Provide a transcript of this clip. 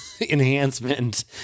enhancement